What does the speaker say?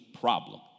problem